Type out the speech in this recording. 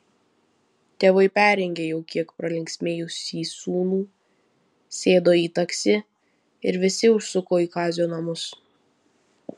tėvai perrengė jau kiek pralinksmėjusį sūnų sėdo į taksi ir visi užsuko į kazio namus